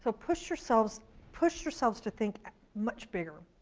so push yourselves push yourselves to think much bigger.